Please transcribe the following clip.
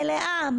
מלאה,